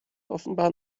offenbar